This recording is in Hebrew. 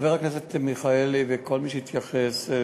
חבר הכנסת מיכאלי וכל מי שהתייחס,